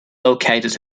located